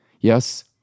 Yes